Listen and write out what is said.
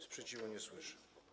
Sprzeciwu nie słyszę.